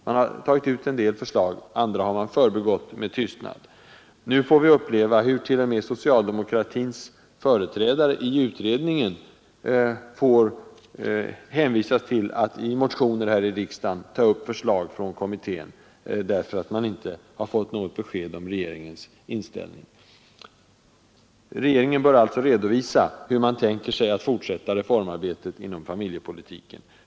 Man har tagit fram en del förslag, andra har man förbigått med tystnad. Nu får vi uppleva hur t.o.m. socialdemokraternas företrädare i utredningen hänvisas till att i motioner här i riksdagen ta upp förslag från kommittén, därför att vi inte fått något besked om regeringens inställning. Regeringen bör alltså redovisa hur man tänkt sig att fortsätta reformarbetet inom familjepolitiken.